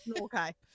Okay